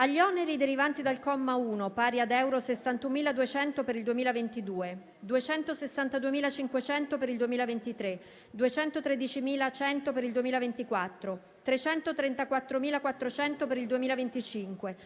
«Agli oneri derivanti dal comma 1, pari ad euro 61.200 per il 2022, euro 262.500 per il 2023, euro 213.100 per il 2024, euro 334.400 per il 2025,